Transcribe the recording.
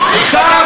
וזהו?